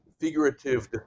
figurative